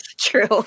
True